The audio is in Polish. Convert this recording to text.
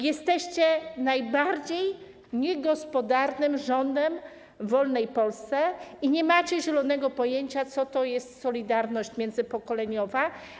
Jesteście najbardziej niegospodarnym rządem w wolnej Polsce i nie macie zielonego pojęcia, co to jest solidarność międzypokoleniowa.